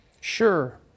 Sure